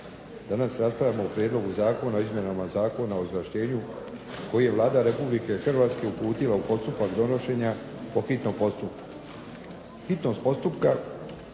Danas raspravljamo o prijedlogu Zakona o izmjenama Zakona o izvlaštenju koji je Vlada Republike Hrvatske uputila u postupak donošenja po hitnom postupku.